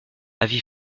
avis